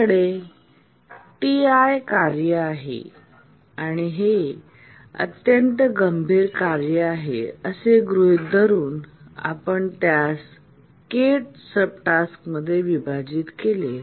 आपल्याकडे Ti कार्य आहे आणि हे अत्यंत गंभीर कार्य आहे असे गृहीत धरून आपण त्यास k सबटास्कमध्ये विभाजित केले